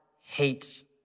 hates